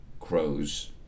Crows